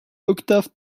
octave